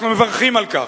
אנחנו מברכים על כך.